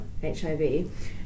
HIV